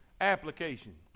Application